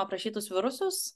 aprašytus virusus